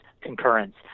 concurrence